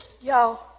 Yo